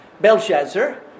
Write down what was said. Belshazzar